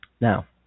Now